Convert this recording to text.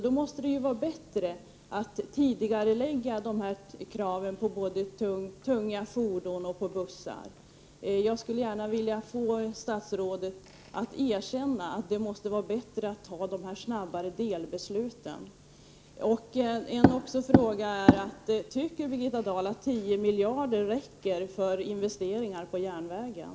Det måste då vara bättre att få tidigarelägga besluten om nya gränsvärden för tunga fordon och bussar. Jag vill gärna få statsrådet att erkänna att det är bättre att fatta de här delbesluten och få en snabbare utveckling. Anser Birgitta Dahl att 10 miljarder räcker till investeringar för järnvägen?